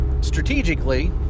strategically